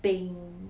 冰